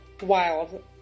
wild